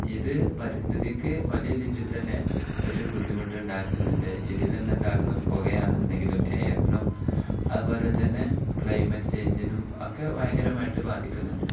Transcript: ഇത് പരിസ്ഥിതിക്ക് വലിയ രീതിയിൽ തന്നെ ഒരു ബുദ്ധിമുട്ടുണ്ടാക്കുന്നുണ്ട് ഇതിൽ നിന്നുണ്ടാകുന്ന പുകയാണെന്നുണ്ടെങ്കിലും എയറിനും അതുപോലെ തന്നെ ക്ലൈമറ്റ് ചേഞ്ചിനും ഒക്കെ ഭയങ്കരമായിട്ട് ബാധിക്കുന്നുണ്ട്